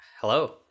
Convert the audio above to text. Hello